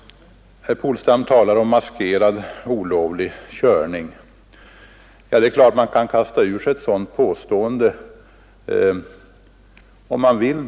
Herr Polstam talar om maskerad olovlig körning. Det är klart att man kan kasta ur sig ett sådant påstående om man vill.